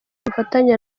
bufatanye